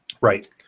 Right